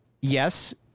yes